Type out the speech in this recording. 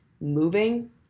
moving